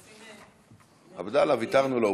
בסדר, אנחנו מנסים, עבדאללה, ויתרנו לו.